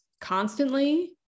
constantly